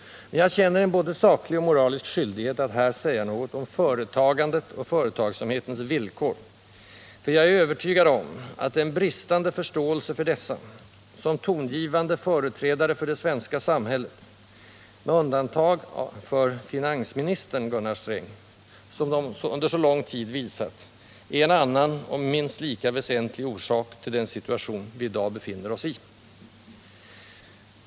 Men jag känner en både saklig och moralisk skyldighet att här säga något om företagandet och företagsamhetens villkor, för jag är övertygad om att den bristande förståelse för dessa, som tongivande företrädare för det svenska samhället — med undantag för finansministern Gunnar Sträng —- under så lång tid visat, är en annan och minst lika väsentlig orsak till den situation vi i dag befinner oss i.